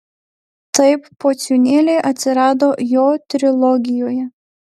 taip pociūnėliai atsirado jo trilogijoje